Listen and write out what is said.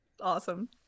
awesome